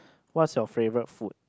what's your favourite food